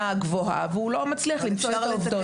גבוהה והוא לא מצליח למצוא את העובדות.